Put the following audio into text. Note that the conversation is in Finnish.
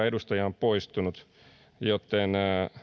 edustaja on poistunut joten